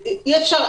נכון.